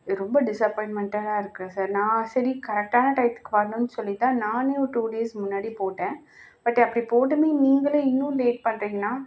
ரொம்ப டிசப்பாயின்ட்மெண்ட்டடாக இருக்கிறேன் சார் நான் சரி கரெக்டான டைத்துக்கு வரணும்னு சொல்லிவிட்டேன் நானும் டூ டேஸ் முன்னாடி போட்டேன் பட் அப்படி போட்டுமே நீங்களே இன்னும் லேட் பண்ணுறீங்கன்னா